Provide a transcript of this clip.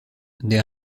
des